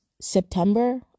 September